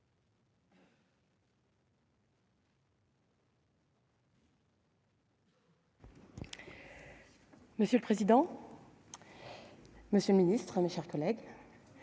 Monsieur le président, monsieur le ministre, mes chers collègues,